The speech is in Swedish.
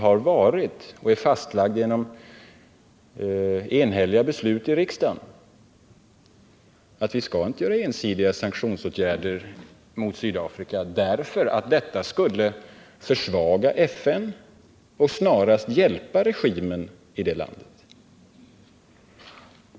Det har genom enhälliga beslut i riksdagen fastslagits att vi inte skall vidta ensidiga sanktioner mot Sydafrika, eftersom detta skulle försvaga FN och snarast hjälpa regimen i Sydafrika.